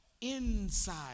Inside